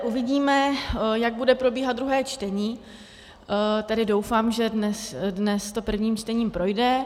Uvidíme, jak bude probíhat druhé čtení, tedy doufám, že dnes to prvním čtením projde.